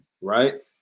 right